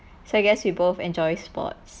so I guess we both enjoy sports